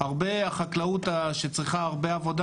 הרבה מהחקלאות שצריכה הרבה עבודה